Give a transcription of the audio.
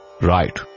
Right